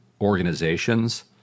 organizations